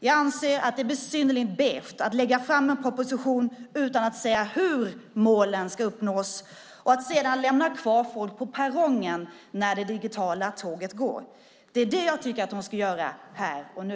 Vi anser att det är besynnerligt beige att lägga fram en proposition utan att säga hur målen ska uppnås och sedan lämna kvar folk på perrongen när det digitala tåget går. Det är det jag tycker att hon ska göra här och nu.